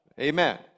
Amen